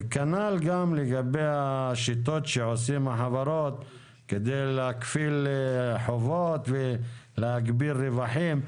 וכנ"ל גם השיטות שעושות החברות כדי להכפיל חובות ולהגביר רווחים.